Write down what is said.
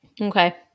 Okay